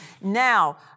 Now